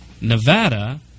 Nevada